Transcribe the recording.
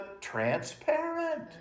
transparent